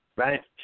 right